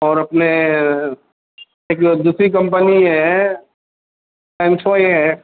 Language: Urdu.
اور اپنے ایک دوسری کمپنی ہے این فو اے ہے